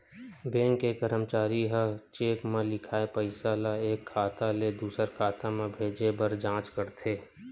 bank के करमचारी मन ह चेक म लिखाए पइसा ल एक खाता ले दुसर खाता म भेजे बर जाँच करथे